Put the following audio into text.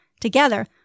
Together